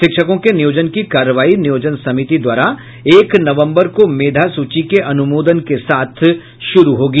शिक्षकों के नियोजन की कार्रवाई नियोजन समिति द्वारा एक नवम्बर को मेधा सूची के अनुमोदन के साथ ही शुरू होगी